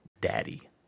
Daddy